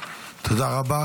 תודה רבה.